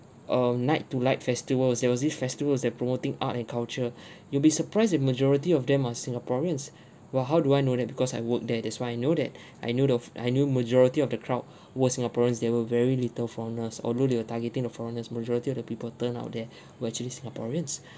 err night to light festivals was there was this festivals that promoting art and culture you'll be surprised if majority of them are singaporeans well how do I know that because I work there that's why I know that I knew the f~ I knew majority of the crowd were singaporeans they were very little foreigners although they were targeting the foreigners majority of the people turn out there were actually singaporeans